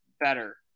better